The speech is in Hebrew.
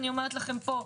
אני אומרת לכם פה,